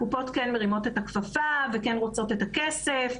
הקופות כן מרימות את הכפפה וכן רוצות את הכסף.